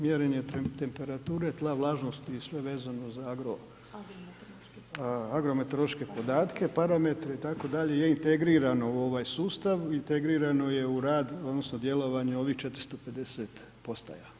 Dakle mjerenje temperature, tla, vlažnosti i sve vezano za agrometeorološke podatke, parametre itd. je integrirano u ovaj sustav, integrirano je u rad odnosno djelovanje ovih 450 postaja.